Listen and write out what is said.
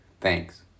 Thanks